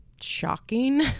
shocking